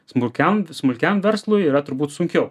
smulkiam smulkiam verslui yra turbūt sunkiau